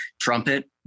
trumpet